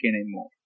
anymore